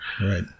right